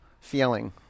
feeling